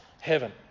heaven